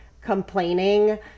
complaining